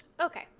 Okay